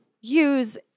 use